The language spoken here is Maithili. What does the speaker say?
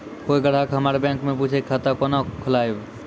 कोय ग्राहक हमर बैक मैं पुछे की खाता कोना खोलायब?